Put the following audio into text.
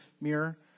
mirror